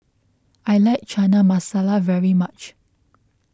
I like Chana Masala very much